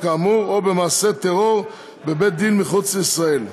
כאמור או במעשה טרור בבית-דין מחוץ לישראל,